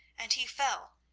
and he fell,